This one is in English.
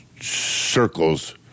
circles